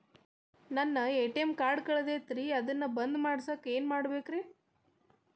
ನನ್ನ ATM card ಕಳದೈತ್ರಿ ಅದನ್ನ ಬಂದ್ ಮಾಡಸಾಕ್ ಏನ್ ಮಾಡ್ಬೇಕ್ರಿ?